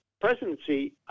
presidency